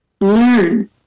learn